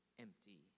empty